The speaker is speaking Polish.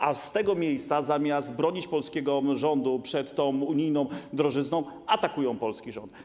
A z tego miejsca, zamiast bronić polskiego rządu przed tą unijną drożyzną, atakują polski rząd.